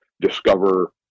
Discover